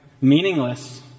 meaningless